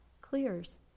clears